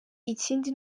ikindi